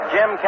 Jim